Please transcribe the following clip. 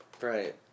Right